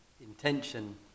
intention